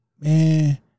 man